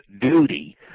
duty